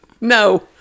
No